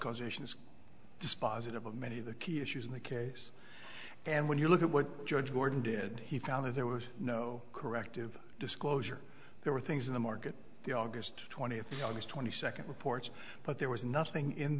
causation is dispositive of many of the key issues in the case and when you look at what judge gordon did he found that there was no corrective disclosure there were things in the market the august twentieth august twenty second reports but there was nothing in